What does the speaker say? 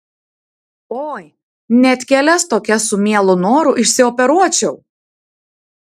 oi net kelias tokias su mielu noru išsioperuočiau